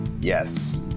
Yes